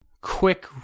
quick